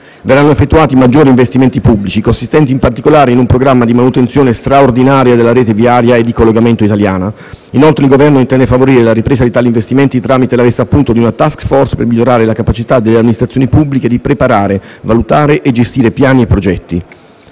Verranno effettuati maggiori investimenti pubblici, consistenti in particolare in un programma di manutenzione straordinaria della rete viaria e di collegamento italiana: inoltre il Governo intende favorire la ripresa di tali investimenti tramite la messa a punto di una *task force* per migliorare la capacità delle amministrazioni pubbliche di preparare, valutare e gestire piani e progetti.